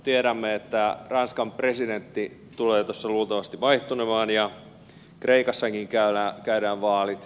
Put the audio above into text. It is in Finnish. tiedämme että ranskan presidentti tulee tuossa luultavasti vaihtumaan ja kreikassakin käydään vaalit